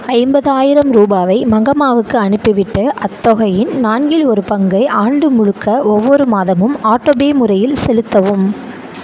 ஐம்பதாயிரம் ரூபாயை மங்கம்மாவுக்கு அனுப்பிவிட்டு அத்தொகையின் நான்கில் ஒரு பங்கை ஆண்டு முழுக்க ஒவ்வொரு மாதமும் ஆட்டோபே முறையில் செலுத்தவும்